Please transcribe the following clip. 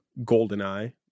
Goldeneye